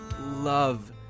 love